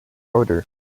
odor